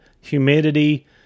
humidity